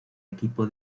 equipo